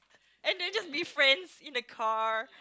and they just be friends in the car